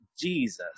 Jesus